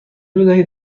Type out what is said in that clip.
بدهید